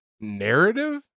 narrative